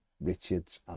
Richards